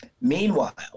meanwhile